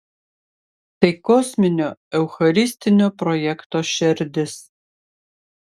tai kosminio eucharistinio projekto šerdis